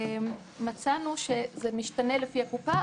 מצאנו שזה משתנה לפי קופה,